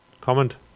comment